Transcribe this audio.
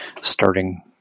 starting